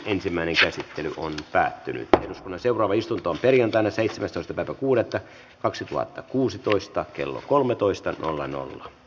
lakiehdotusten ensimmäinen käsittely on päättynyt ja seuraava istuntoon perjantaina seitsemästoista kuudetta kaksituhattakuusitoista kello kolmetoista nolla nolla